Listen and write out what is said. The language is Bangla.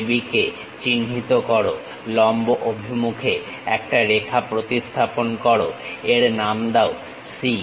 AB কে চিহ্নিত করো লম্ব অভিমুখে একটা রেখা প্রতিস্থাপন করো এর নাম দাও C